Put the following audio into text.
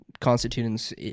constituents